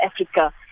Africa